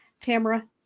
Tamara